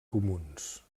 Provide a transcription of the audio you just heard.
comuns